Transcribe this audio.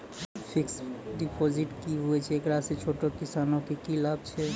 Fixed deposit की छिकै, एकरा से छोटो किसानों के की लाभ छै?